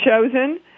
chosen